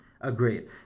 Agreed